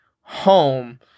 home